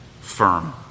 firm